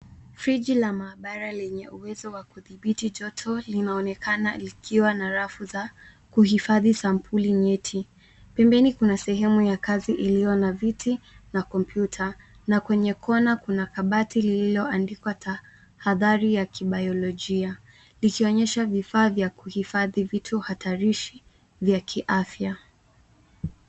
Friji la maabara lenye uwezo wa kudhibiti joto linaonekana likiwa na rafu za kuhifadhi sampuli nyeti. Pembeni kuna sehemu ya kazi iliyo na viti na kompyuta. Na kwenye kuna kabati lililoandikwa tahadhari ya kibayolojia, likionyesha vifaa vya kuhifadhi vitu hatarishi vya kiafya.